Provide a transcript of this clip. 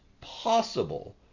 possible